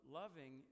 loving